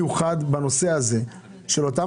למה לא להקים מוקד מיוחד בנושא הזה אליו יוכלו לפנות אותם